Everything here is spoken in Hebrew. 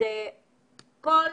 דרך איפה עבר כל